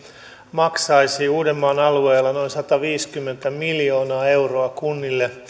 maksaisi uudenmaan alueella noin sataviisikymmentä miljoonaa euroa kunnille